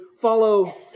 follow